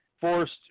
forced